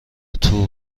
تور